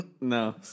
No